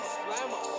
slammer